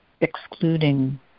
excluding